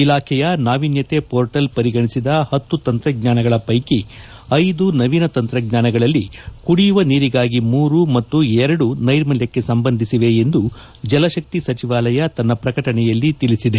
ಇಲಾಖೆಯ ನಾವೀನ್ಯತೆ ಪೋರ್ಟಲ್ ಪರಿಗಣಿಸಿದ ಹತ್ತು ತಂತ್ರಜ್ಞಾನಗಳ ಪೈಕಿ ಐದು ನವೀನ ತಂತ್ರಜ್ಞಾನಗಳಲ್ಲಿ ಕುಡಿಯುವ ನೀರಿಗಾಗಿ ಮೂರು ಮತ್ತು ಎರಡು ನೈರ್ಮಲ್ಯಕ್ಕೆ ಸಂಬಂಧಿಸಿವೆ ಎಂದು ಜಲಶಕ್ತಿ ಸಚಿವಾಲಯ ತನ್ನ ಪ್ರಕಟಣೆಯಲ್ಲಿ ತಿಳಿಸಿದೆ